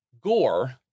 gore